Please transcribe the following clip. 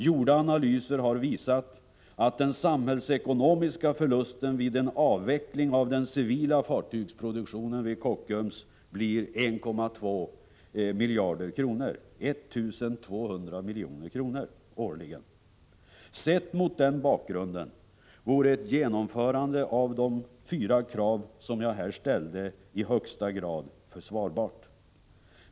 Gjorda analyser har visat att den samhällsekonomiska förlusten vid en avveckling av den civila fartygsproduktionen vid Kockums blir 1 200 milj.kr. årligen. Sett mot den bakgrunden vore ett genomförande av de fyra krav som här ställts i högsta grad försvarbart.